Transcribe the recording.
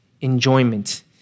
enjoyment